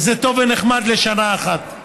וזה טוב ונחמד לשנה אחת,